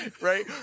right